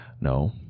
No